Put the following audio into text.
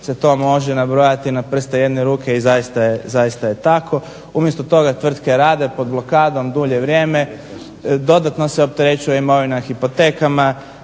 se to može nabrojati na prste jedne ruke i zaista je tako. Umjesto toga tvrtke rade pod blokadom dulje vrijeme, dodatno se opterećuje imovina hipotekama,